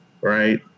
right